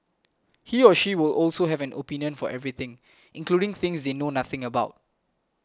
he or she will also have an opinion for everything including things they know nothing about